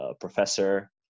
professor